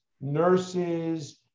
nurses